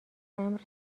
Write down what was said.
امر